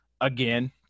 again